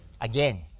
Again